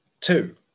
Two